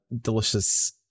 delicious